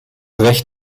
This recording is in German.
recht